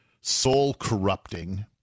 soul-corrupting